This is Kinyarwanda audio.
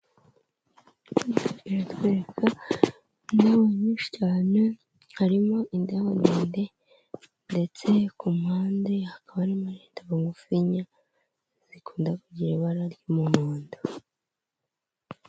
Iyi iratwereka indabo yinshi cyane harimo indabo ndende ndetse ku mpande hakaba indabo ngufinya zikunda kugengwa na buri muntu.